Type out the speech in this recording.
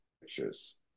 pictures